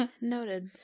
Noted